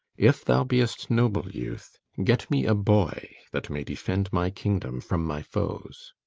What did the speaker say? if thou beest noble, youth, get me a boy, that may defend my kingdom from my foes.